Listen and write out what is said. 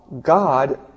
God